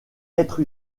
être